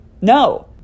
No